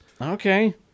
Okay